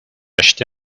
acheté